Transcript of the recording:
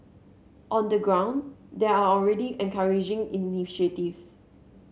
on the ground there are already encouraging initiatives